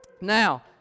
Now